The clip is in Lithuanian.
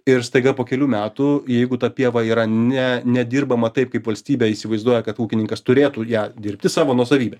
ir staiga po kelių metų jeigu ta pieva yra ne nedirbama taip kaip valstybė įsivaizduoja kad ūkininkas turėtų ją dirbti savo nuosavybę